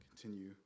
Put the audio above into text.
continue